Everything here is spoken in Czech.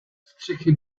střechy